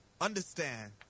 understand